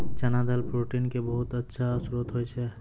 चना दाल प्रोटीन के बहुत अच्छा श्रोत होय छै